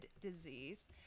disease